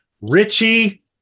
Richie